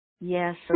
Yes